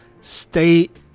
state